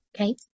Okay